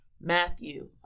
Matthew